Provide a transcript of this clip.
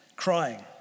crying